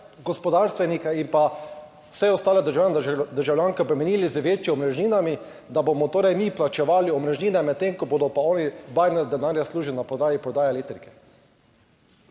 gospodarstvenike in pa vse ostale državljane in državljanke bremenili z večjimi omrežninami, da bomo torej mi plačevali omrežnine, medtem, ko bodo pa oni bajne denarja služili na podlagi prodaje elektrike.